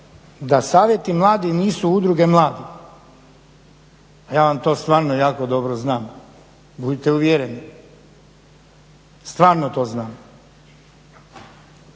da savjeti mladih nisu udruge mladih, pa ja vam to stvarno jako dobro znam, budite uvjereni stvarno to znam.